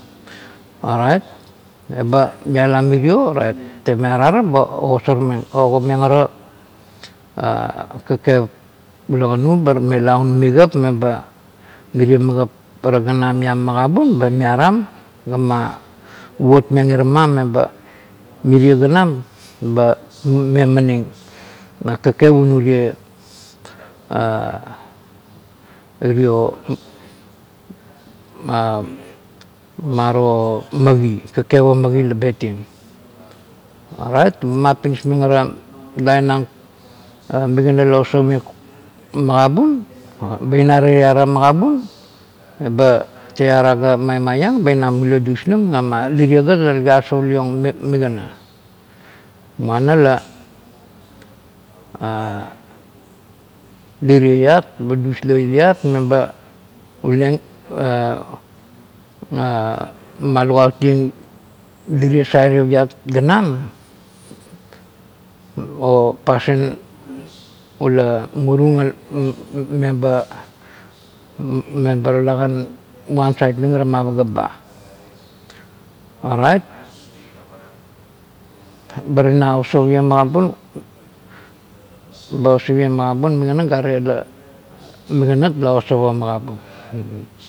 Orait eba mealam mirio, orait temiora eba ogosarmeng, ogomeng ara kakep ula kanu bar mela un migap meba, merie migap ara ganam iang magabun ba miaram ga ma wotmeng irama meba mirie ganam, eba memaning kakep un urie "ha" "ha" uro "ha" maro magi, kakep o magi la betieng, orait bar ma pinismeng ara lain ang migana la osau meng magabun, bar ina teiara magabun eba teiara ga maimai iang, ba ma muliong dusliong ga ba ligiama lirie gat la ligai asou liong migana. Muana la "ha" lirie iat ba dusliong iat meba "ha" malukautim ieng lirie sairip iat ganam, o pasin ula muru "ur" "ur" meba talakan wansait liong ira paga ba, ina osauieng magabun aiet migana la osauong migana garet migana la osauong magabun.